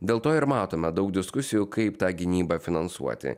dėl to ir matome daug diskusijų kaip tą gynybą finansuoti